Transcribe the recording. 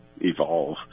evolve